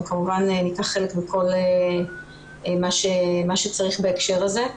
ואנחנו כמובן ניקח חלק בכל מה שצריך בהקשר הזה.